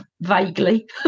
Vaguely